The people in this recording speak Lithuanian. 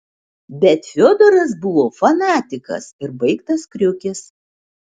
bet fiodoras buvo fanatikas ir baigtas kriukis